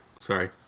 Sorry